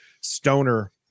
stoner